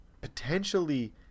potentially